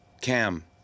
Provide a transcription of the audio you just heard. Cam